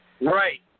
Right